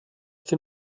dem